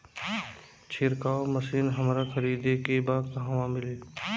छिरकाव मशिन हमरा खरीदे के बा कहवा मिली?